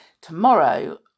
Tomorrow